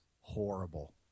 horrible